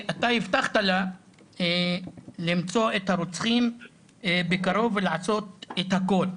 אתה הבטחת לה למצוא את הרוצחים בקרוב ולעצור את הכל.